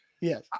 yes